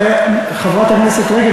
חברת הכנסת רגב,